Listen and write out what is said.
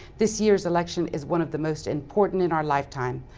this year's election is one of the most important in our lifetime.